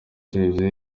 televiziyo